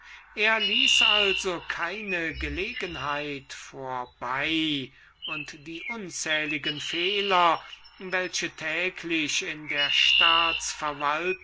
er ließ also keine gelegenheit vorbei und die unzählichen fehler welche täglich in der